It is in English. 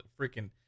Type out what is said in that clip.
freaking